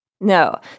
no